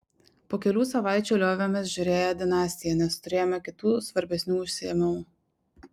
po kelių savaičių liovėmės žiūrėję dinastiją nes turėjome kitų svarbesnių užsiėmimų